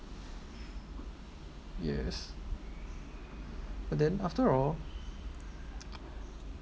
yes but then after all